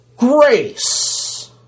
grace